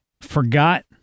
forgot